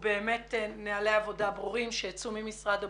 אלה באמת נהלי עבודה ברורים שיצאו ממשרד הבריאות,